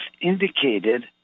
indicated